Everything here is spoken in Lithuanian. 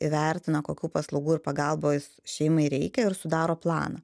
įvertina kokių paslaugų ir pagalbos šeimai reikia ir sudaro planą